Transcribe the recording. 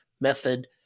method